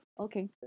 okay